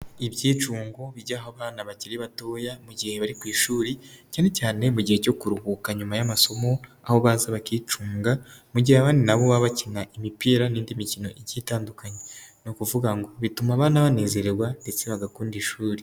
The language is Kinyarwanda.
Ibyicungo bijyaho abana bakiri batoya mu gihe bari ku ishuri cyane cyane mu gihe cyo kuruhuka nyuma y'amasomo, aho baza bakicunga mu gihe abandi nabo baba bakina imipira n'indi mikino igiye itandukanye, ni ukuvuga ngo bituma abana banezererwa ndetse bagakunda ishuri.